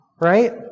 Right